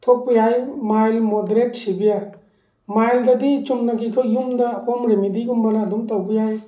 ꯊꯣꯛꯄ ꯌꯥꯏ mild moderate severe ꯃꯥꯏꯜꯗꯗꯤ ꯆꯨꯝꯅꯒꯤ ꯑꯩꯈꯣꯏ ꯌꯨꯝꯗ ꯍꯣꯝ ꯔꯤꯃꯦꯗꯤ ꯒꯨꯝꯕꯅ ꯑꯗꯨꯝ ꯇꯧꯕ ꯌꯥꯏ